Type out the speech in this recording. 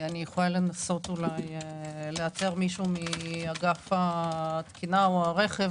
אני יכולה לנסות לאתר מישהו מאגף התקינה או הרכב,